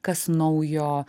kas naujo